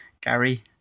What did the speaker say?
Gary